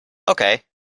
okay